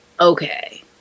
Okay